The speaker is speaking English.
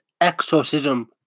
Exorcism